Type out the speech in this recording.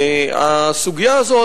והסוגיה הזאת,